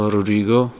Rodrigo